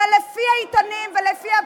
זה לפי העיתונים ולפי,